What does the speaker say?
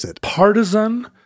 partisan